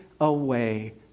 away